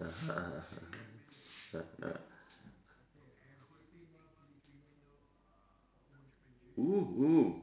(uh huh) (uh huh) !ooh!